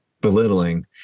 belittling